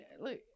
look